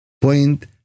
point